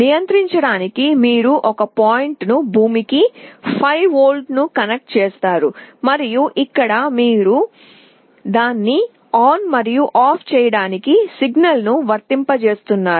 నియంత్రించడానికి మీరు ఒక పాయింట్ను భూమికి 5 వోల్ట్కు కనెక్ట్ చేస్తారు మరియు ఇక్కడ మీరు దాన్ని ఆన్ మరియు ఆఫ్ చేయడానికి సిగ్నల్ను వర్తింపజేస్తున్నారు